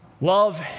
love